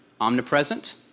omnipresent